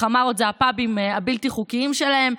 החמארות זה הפאבים הבלתי-חוקיים שלהם,